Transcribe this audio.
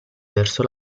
verso